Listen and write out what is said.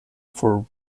for